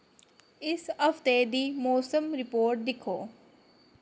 इस हफ्ते दी मोसम रपोर्ट दिक्खो